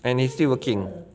and he's still working